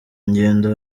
ngendo